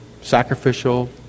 sacrificial